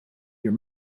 your